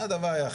זה הדבר היחיד.